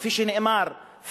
כפי שנאמר,